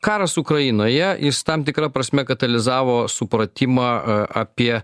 karas ukrainoje jis tam tikra prasme katalizavo supratimą a apie